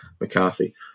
McCarthy